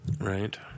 Right